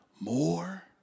more